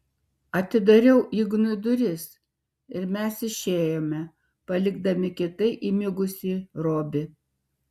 atidariau ignui duris ir mes išėjome palikdami kietai įmigusį robį